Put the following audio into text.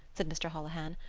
said mr. holohan.